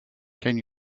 can